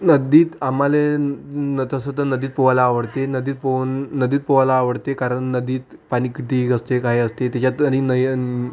नदीत आम्हाला तसं तर नदीत पोवायला आवडते नदीत पोहणं नदीत पोवायला आवडते कारण नदीत पाणी कितीही असते काय असते त्याच्यात आणि नयन